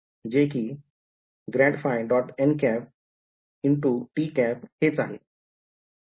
जे कि ∇ϕ · nˆ ˆt हेच आहे